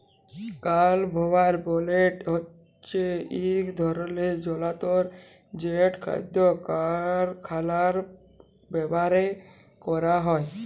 conveyor belt হছে ইক ধরলের জলতর যেট খাদ্য কারখালায় ব্যাভার ক্যরা হয়